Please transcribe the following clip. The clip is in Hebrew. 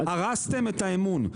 הרסתם את האמון,